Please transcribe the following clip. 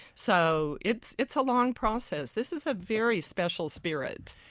so it's it's a long process. this is a very special spirit.